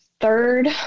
third